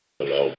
Hello